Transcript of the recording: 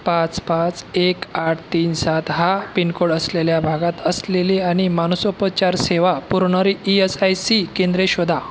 पाच पाच एक आठ तीन सात हा पिनकोड असलेल्या भागात असलेली आणि मानसोपचार सेवा पुरवणारी ई एस आय सी केंद्रे शोधा